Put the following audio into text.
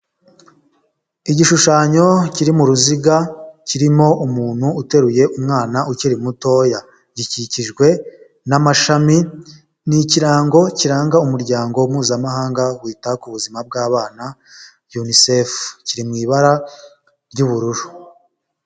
Igishushanyo kiri mu ruziga kirimo umuntu uteruye umwana ukiri mutoya gikikijwe n'amashami, ni ikirango kiranga umuryango mpuzamahanga wita ku buzima bw'abana yunisefu kiri mu ibara ry'ubururu.